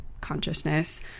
consciousness